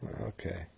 Okay